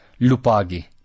Lupagi